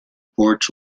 porch